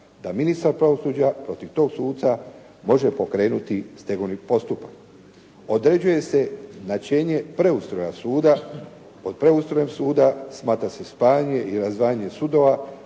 da ministar pravosuđa protiv tog suca može pokrenuti stegovni postupak. Određuje se značenje preustroja suda. Pod preustrojem suda smatra se spajanje i razdvajanje sudova,